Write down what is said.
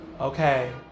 Okay